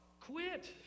Quit